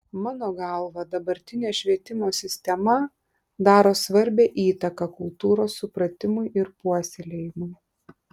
mano galva dabartinė švietimo sistema daro svarbią įtaką kultūros supratimui ir puoselėjimui